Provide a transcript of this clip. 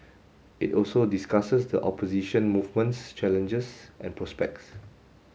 it also discusses the opposition movement's challenges and prospects